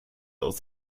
aus